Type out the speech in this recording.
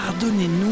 Pardonnez-nous